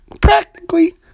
Practically